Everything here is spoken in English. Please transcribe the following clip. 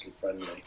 friendly